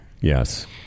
Yes